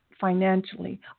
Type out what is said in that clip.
financially